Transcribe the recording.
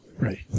Right